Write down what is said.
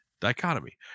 Dichotomy